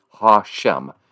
Hashem